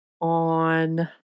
on